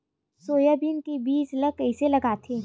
Soybean के बीज ल कइसे लगाथे?